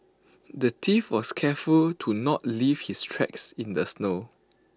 the thief was careful to not leave his tracks in the snow